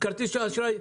כרטיסי האשראי.